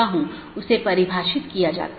एक यह है कि कितने डोमेन को कूदने की आवश्यकता है